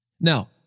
Now